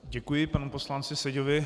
Děkuji panu poslanci Seďovi.